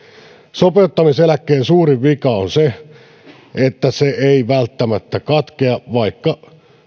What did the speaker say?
sopeutumiseläkkeen suurin vika on se että se ei välttämättä katkea vaikka